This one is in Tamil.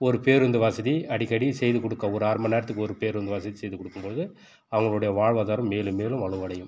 ஒரு பேருந்து வசதி அடிக்கடி செய்து கொடுக்க ஒரு அரமணி நேரத்துக்கு ஒரு பேருந்து வசதி செய்து கொடுக்கும் பொழுது அவங்களோட வாழ்வாதாரம் மேலும் மேலும் வலுவடையும்